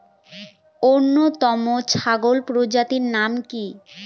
উন্নত ছাগল প্রজাতির নাম কি কি?